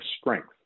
strength